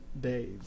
days